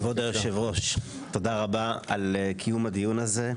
כבוד יושב הראש, תודה רבה על קיום הדיון הזה.